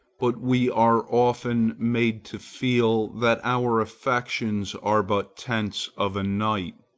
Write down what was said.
but we are often made to feel that our affections are but tents of a night.